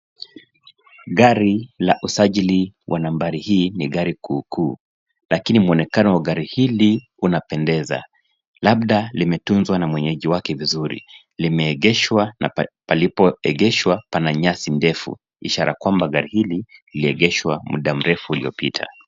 Gari la usajili wa nambari hii ni gari kuu kuu, lakini mwonekano wa gari hili unapendeza, labda limetunzwa na mwenyeji wake vizuri. Limeegeshwa na palipo egeshwa pana nyasi ndefu, ishara kwamba gari hili liliegeshwa muda mrefu uliopita.